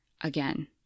again